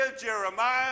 Jeremiah